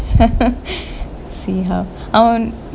see how அவன்:avan